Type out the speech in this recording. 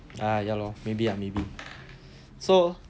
uh ya lor maybe ah maybe so